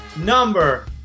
number